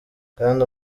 kandi